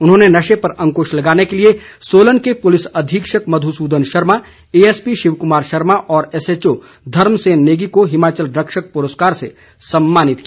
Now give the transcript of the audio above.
उन्होंने नशे पर अंकृश लगाने के लिए सोलन के पुलिस अधीक्षक मधु सूदन शर्मा ए एसपी शिव कुमार शर्मा और एसएचओ धर्म सेन नेगी को हिमाचल रक्षक पुरस्कार से सम्मानित किया